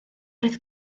roedd